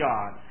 God